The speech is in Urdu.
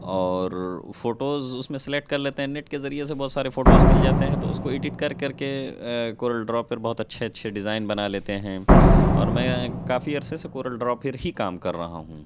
اور فوٹوز اس میں سلیکٹ کر لیتے ہیں نیٹ کے ذریعہ سے بہت سارے فوٹوز مل جاتے ہیں تو اس کو ایڈٹ کر کر کے ایں کورل ڈرا پر بہت اچھے اچھے ڈیزائن بنا لیتے ہیں اور میں کافی عرصے سے کورل ڈرا پر ہی کام کر رہا ہوں